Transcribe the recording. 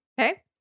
Okay